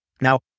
Now